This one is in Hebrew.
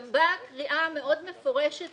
גם באה קריאה מאוד מפורשת